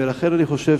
ולכן אני חושב